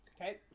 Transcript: Okay